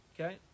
Okay